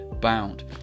bound